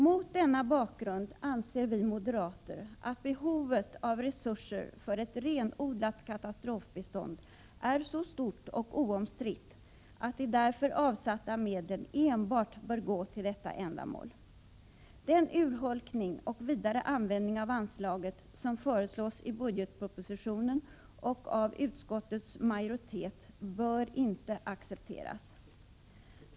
Mot denna bakgrund anser vi moderater att behovet av resurser för ett renodlat katastrofbistånd är så stort och oomstritt att de därför avsatta medlen bör gå enbart till detta ändamål. Den urholkning och vidare användning av anslaget som föreslås i budgetpropositionen och av utskottets majoritet bör inte accepteras.